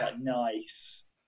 Nice